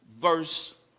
verse